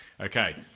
Okay